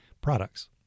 products